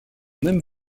même